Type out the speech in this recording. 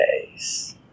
days